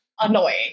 annoying